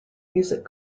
music